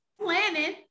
planning